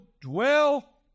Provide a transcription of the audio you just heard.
dwell